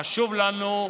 זה חשוב לנו,